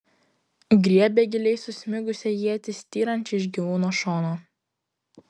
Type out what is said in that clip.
griebė giliai susmigusią ietį styrančią iš gyvūno šono